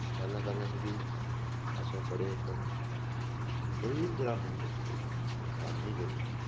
पैह्लें पैह्लें मिकी अस बड़े इक गरीब घराने दे लोक आदमी हे